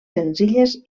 senzilles